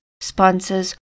sponsors